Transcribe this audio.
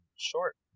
short